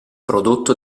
prodotto